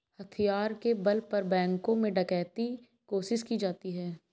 हथियार के बल पर बैंकों में डकैती कोशिश की जाती है